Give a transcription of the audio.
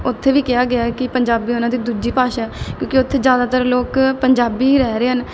ਉੱਥੇ ਵੀ ਕਿਹਾ ਗਿਆ ਹੈ ਕਿ ਪੰਜਾਬੀ ਉਨ੍ਹਾਂ ਦੀ ਦੂਜੀ ਭਾਸ਼ਾ ਹੈ ਕਿਉਂਕਿ ਉੱਥੇ ਜ਼ਿਆਦਾਤਰ ਲੋਕ ਪੰਜਾਬੀ ਹੀ ਰਹਿ ਰਹੇ ਹਨ